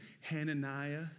Hananiah